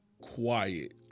quiet